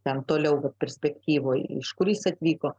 tam toliau perspektyvoj iš kur jis atvyko